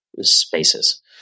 spaces